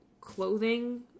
clothing